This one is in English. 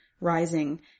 rising